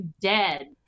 dead